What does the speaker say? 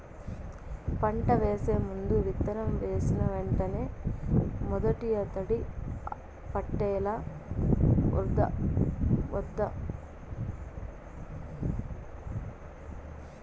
పంట వేసే ముందు, విత్తనం వేసిన వెంటనే మొదటి తడి పెట్టాలా వద్దా?